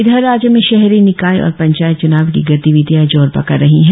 इधर राज्य में शहरी निकाय और पंचायत च्नाव की गतिविधियां जोर पकड़ रही है